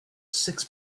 six